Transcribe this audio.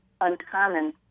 uncommon